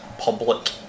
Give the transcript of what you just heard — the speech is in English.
public